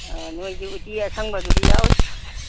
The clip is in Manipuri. ꯅꯈꯣꯏꯒꯤ ꯎꯇꯤ ꯑꯁꯪꯕꯗꯨꯗꯤ ꯌꯥꯎꯔꯤꯕꯣ